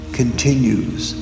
continues